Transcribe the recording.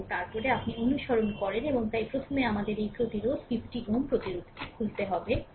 এবং তারপরে আপনি অনুসরণ করেন এবং তাই প্রথমে আমাদের এই প্রতিরোধ 50 Ω প্রতিরোধটি খুলতে হবে